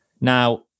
Now